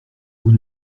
vous